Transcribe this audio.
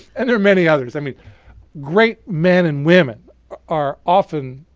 and there are many others. i mean great men and women are often